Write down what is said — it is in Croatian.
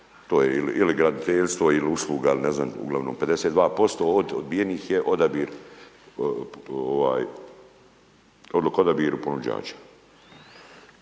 ponuda ili graditeljstvo ili usluga ili ne znam, uglavnom 52% od odbijenih je odabir, ovaj,